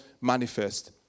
manifest